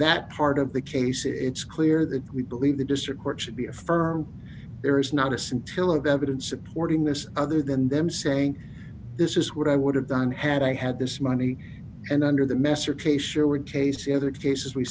that part of the case it's clear that we believe the district court should be affirmed there is not a scintilla of evidence supporting this other than them saying this is what i would have done had i had this money and under the messer case